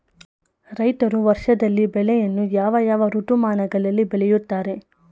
ರೈತರು ವರ್ಷದಲ್ಲಿ ಬೆಳೆಯನ್ನು ಯಾವ ಯಾವ ಋತುಮಾನಗಳಲ್ಲಿ ಬೆಳೆಯುತ್ತಾರೆ?